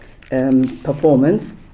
performance